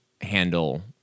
handle